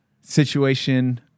situation